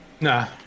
Nah